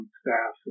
staff